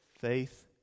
faith